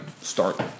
start